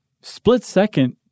split-second